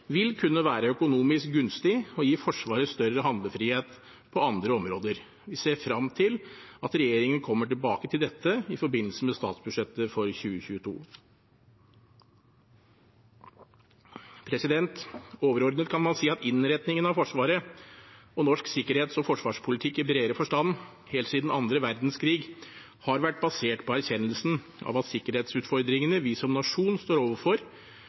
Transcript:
vil kunne være økonomisk gunstig og gi Forsvaret større handlefrihet på andre områder. Vi ser frem til at regjeringen kommer tilbake til dette i forbindelse med statsbudsjettet for 2022. Overordnet kan man si at innretningen av Forsvaret og norsk sikkerhets- og forsvarspolitikk i bredere forstand helt siden annen verdenskrig har vært basert på erkjennelsen av at sikkerhetsutfordringene vi som nasjon står overfor,